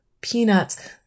Peanuts